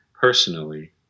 personally